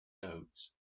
nodes